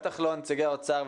בטח לא נציגי האוצר,